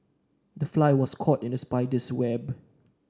the fly was caught in the spider's web